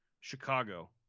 Chicago